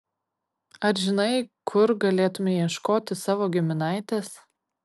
ar žinai kur galėtumei ieškoti savo giminaitės